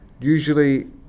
usually